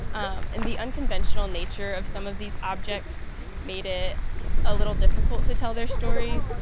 and the unconventional nature of some of these objects made it a little difficult to tell their stories.